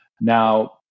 Now